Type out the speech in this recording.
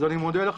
אז אני מודה לך